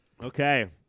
Okay